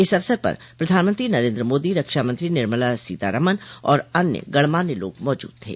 इस अवसर पर प्रधानमंत्री नरेन्द्र मोदी रक्षा मंत्री निर्मला सीतारमन और अन्य गणमान्य लोग मौजूद थे